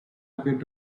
appeared